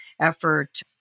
effort